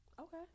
Okay